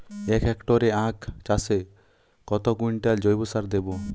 এক হেক্টরে আখ চাষে কত কুইন্টাল জৈবসার দেবো?